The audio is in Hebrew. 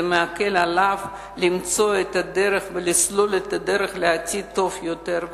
זה מקל עליו למצוא ולסלול את הדרך לעתיד טוב יותר.